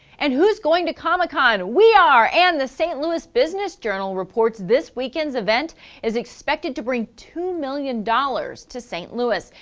and who's going to comic con? we are! and. the st. louis business journal reports. this weekend's event is expected to bring two million dollars to st. louis.